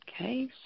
okay